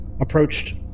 approached